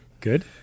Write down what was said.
Good